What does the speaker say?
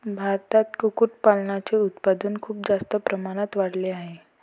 भारतात कुक्कुटपालनाचे उत्पादन खूप जास्त प्रमाणात वाढले आहे